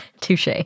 Touche